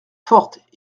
forte